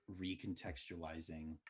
recontextualizing